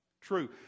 true